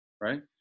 right